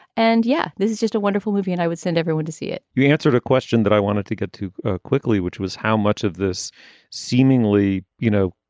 and yeah, this is just a wonderful movie and i would send everyone to see it you answered a question that i wanted to get to quickly, which was how much of this seemingly, you know,